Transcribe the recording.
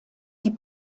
die